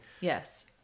Yes